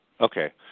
Okay